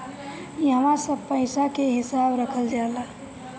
इहवा सब पईसा के हिसाब रखल जाला